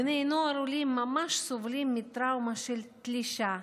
בני נוער עולים ממש סובלים מטראומה של תלישה,